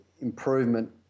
improvement